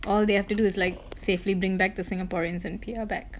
all they have to do is like safely bring back the singaporeans and P_R back